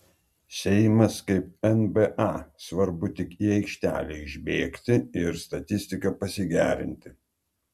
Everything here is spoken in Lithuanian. seimas kaip nba svarbu tik į aikštelę išbėgti ir statistiką pasigerinti